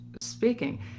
speaking